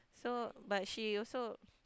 so but she also